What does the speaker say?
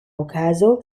okazo